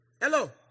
Hello